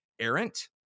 errant